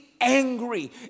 angry